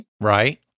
Right